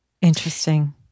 Interesting